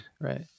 right